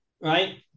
right